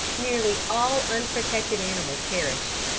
nearly all unprotected animals perished.